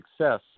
success